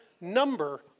number